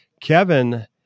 Kevin